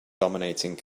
dominating